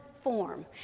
form